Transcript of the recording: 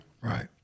Right